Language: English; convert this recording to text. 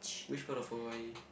which part of Hawaii